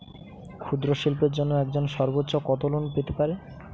ক্ষুদ্রশিল্পের জন্য একজন সর্বোচ্চ কত লোন পেতে পারে?